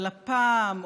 אבל הפעם,